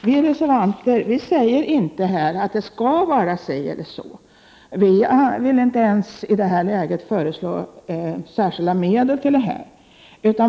Vi reservanter säger inte att det absolut skall vara si eller så. I det här läget vill vi inte ens föreslå några särskilda medel till detta.